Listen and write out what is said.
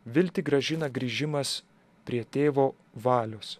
viltį grąžina grįžimas prie tėvo valios